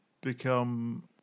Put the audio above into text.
become